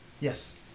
Yes